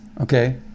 Okay